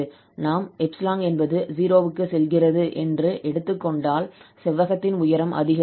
நாம் 𝜖 என்பது 0 க்கு செல்கிறது என்று எடுத்துக் கொண்டால் செவ்வகத்தின் உயரம் அதிகரிக்கும்